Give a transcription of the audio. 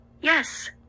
Yes